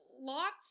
lots